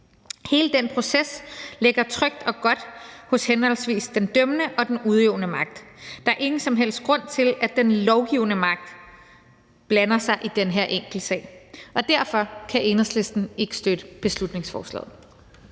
Hele den proces ligger trygt og godt hos henholdsvis den dømmende og den udøvende magt. Der er ingen som helst grund til, at den lovgivende magt blander sig i den her enkeltsag. Derfor kan Enhedslisten ikke støtte beslutningsforslaget.